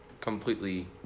completely